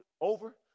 over